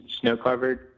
snow-covered